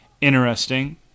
interesting